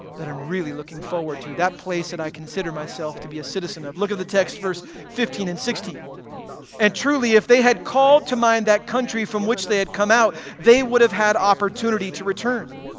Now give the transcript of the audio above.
that i'm really looking forward to. that place that i consider myself to be a citizen of. look up the text, verse fifteen and sixteen and truly if they had called to mind that country from which they had come out, they would have had opportunity to return.